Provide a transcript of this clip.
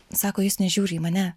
sako jis nežiūri į mane